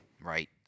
right